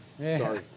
Sorry